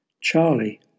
Charlie